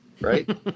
Right